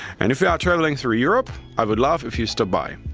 and if you're traveling through europe, i would love if you stopped by.